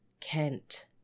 Kent